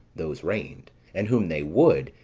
those reigned and whom they would,